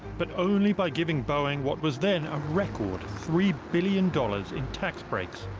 but only by giving boeing what was then a record three billion dollars in tax breaks.